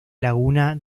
laguna